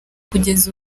kugeza